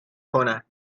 کند